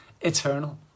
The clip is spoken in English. eternal